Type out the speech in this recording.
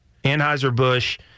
Anheuser-Busch